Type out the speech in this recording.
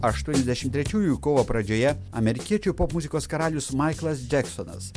aštuoniasdešim trečiųjų kovo pradžioje amerikiečių popmuzikos karalius maiklas džeksonas